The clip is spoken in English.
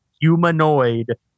humanoid